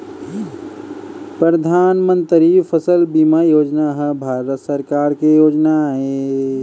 परधानमंतरी फसल बीमा योजना ह भारत सरकार के योजना आय